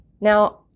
Now